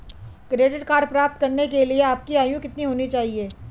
Credit card प्राप्त करने के लिए आपकी आयु कितनी होनी चाहिए?